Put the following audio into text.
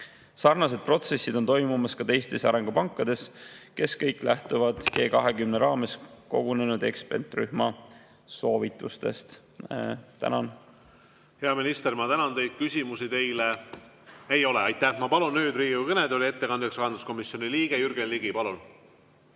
Sarnased protsessid on toimumas ka teistes arengupankades, kes kõik lähtuvad G20 raames kogunenud ekspertrühma soovitustest. Tänan! Hea minister, ma tänan teid! Küsimusi teile ei ole. Aitäh! Ma palun nüüd Riigikogu kõnetooli ettekandeks rahanduskomisjoni liikme Jürgen Ligi. Palun!